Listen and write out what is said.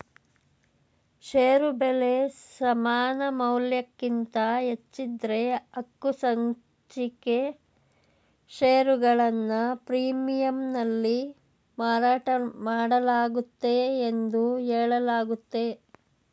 ಷೇರು ಬೆಲೆ ಸಮಾನಮೌಲ್ಯಕ್ಕಿಂತ ಹೆಚ್ಚಿದ್ದ್ರೆ ಹಕ್ಕುಸಂಚಿಕೆ ಷೇರುಗಳನ್ನ ಪ್ರೀಮಿಯಂನಲ್ಲಿ ಮಾರಾಟಮಾಡಲಾಗುತ್ತೆ ಎಂದು ಹೇಳಲಾಗುತ್ತೆ